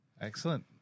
excellent